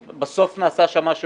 ובסוף נעשה שם מה שרוצים,